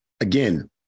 again